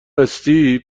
استیو